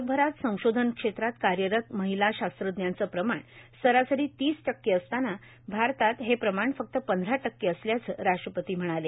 जगभरात संशोधन क्षेत्रात कार्यरत महिला शास्त्रज्ञांचं प्रमाण सरासरी तीस टक्के असताना भारतात हे प्रमाण फक्त पंधरा टक्के असल्याचं राष्ट्रपती म्हणाले